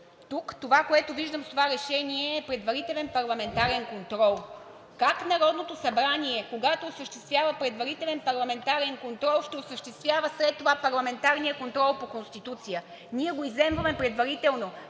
тук това, което виждам в решението, е предварителен парламентарен контрол. Как Народното събрание, когато осъществява предварителен парламентарен контрол, ще осъществява след това парламентарния контрол по Конституция?! Ние го изземваме предварително.